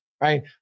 right